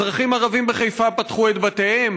אזרחים ערבים בחיפה פתחו את בתיהם.